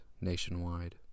nationwide